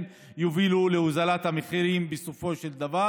יובילו להורדת המחירים בסופו של דבר.